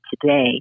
today